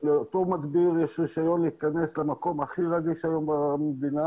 לאותו מדביר יש רישיון להיכנס למקום הכי רגיש במדינה